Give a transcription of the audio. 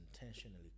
intentionally